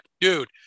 dude